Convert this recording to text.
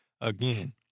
again